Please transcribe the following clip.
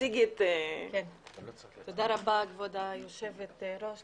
תודה רבה כבוד היושבת ראש.